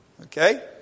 Okay